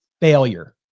failure